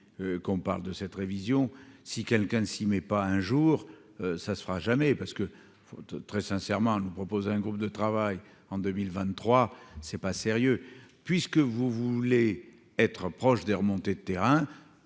qu'on parle de cette révision, si quelqu'un s', mais pas un jour, ça sera jamais parce que très sincèrement nous proposer un groupe de travail en 2023 c'est pas sérieux puisque vous voulez être proche des remontées de terrain,